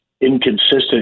inconsistent